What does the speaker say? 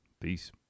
Peace